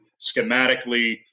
schematically